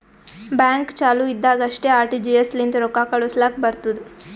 bank ಚಾಲು ಇದ್ದಾಗ್ ಅಷ್ಟೇ ಆರ್.ಟಿ.ಜಿ.ಎಸ್ ಲಿಂತ ರೊಕ್ಕಾ ಕಳುಸ್ಲಾಕ್ ಬರ್ತುದ್